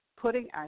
putting